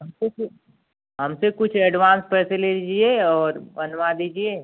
हमसे कुछ हमसे कुछ एडवांस पैसे ले लीजिए और बनवा दीजिए